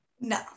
No